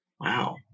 Wow